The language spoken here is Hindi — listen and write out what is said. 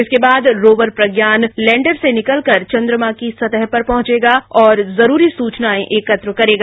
इसके बाद रोवर प्रज्ञान लैंडर से निकलकर चंद्रमा की सतह पर पहुंचेगा और ज़रूरी सूचनाएं एकत्र करेगा